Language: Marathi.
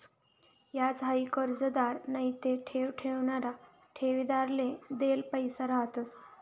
याज हाई कर्जदार नैते ठेव ठेवणारा ठेवीदारले देल पैसा रहातंस